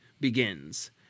begins